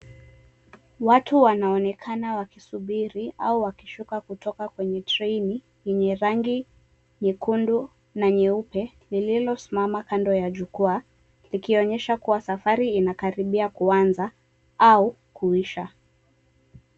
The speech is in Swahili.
Watu wanaonekana wakisubiri au wakishuka kutoka kwenye treni, yenye rangi nyekundu na nyeupe lililosimama kando ya jukwaa likionyesha kuwa safari inakaribia kuanza au kuisha.